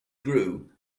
grew